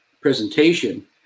presentation